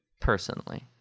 personally